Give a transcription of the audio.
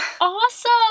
Awesome